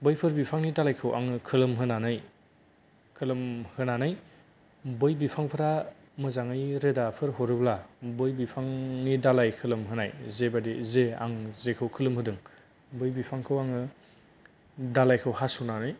बैफोर बिफांनि दालायखौ आङो खोलोम होनानै खोलोम होनानै बै बिफांफोरा मोजाङै रोदाफोर हरोब्ला बै बिफांनि दालाय खोलोम होनाय जेबादि जे आं खोलोम होदों बै बिफांखौ आङो दालायखौ हास'नानै